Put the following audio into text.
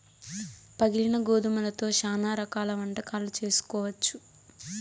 పగిలిన గోధుమలతో శ్యానా రకాల వంటకాలు చేసుకోవచ్చు